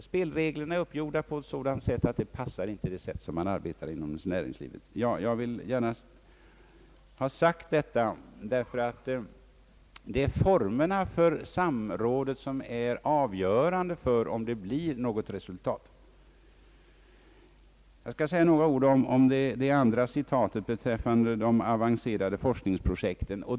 Spelreglerna är uppgjorda på ett sådant sätt att de inte passade för näringslivets sätt att arbeta. Jag vill gärna ha detta sagt, ty formerna för samrådet är avgörande för om det skall bli något resultat. Jag skall säga några ord om det andra citatet beträffande de avancerade forskningsprojekten.